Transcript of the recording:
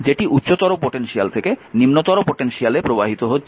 যেটি উচ্চতর পোটেনশিয়ালে থেকে নিম্নতর পটেনশিয়ালে প্রবাহিত হচ্ছে